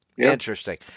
interesting